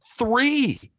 three